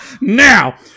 Now